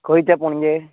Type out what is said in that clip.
खंय तें पणजे